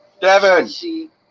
Devin